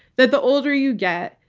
that the older you get,